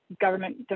government